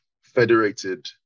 federated